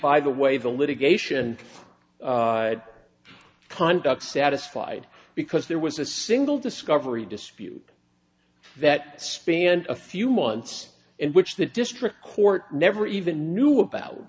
by the way the litigation conduct satisfied because there was a single discovery dispute that spanned a few months and which the district court never even knew about